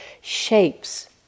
shapes